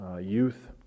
youth